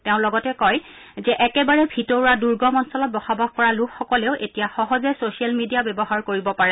তেওঁ লগতে কয় যে একেবাৰে ভিতৰুৱা দুৰ্গম অঞ্চলত বসবাস কৰা লোকসকলেও এতিয়া সহজে ছচিয়েল মিডিয়া ব্যৱহাৰ কৰিব পাৰে